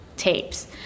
tapes